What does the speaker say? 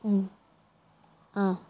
ഉം ആ